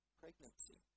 pregnancy